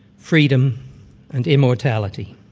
freedom and immortality.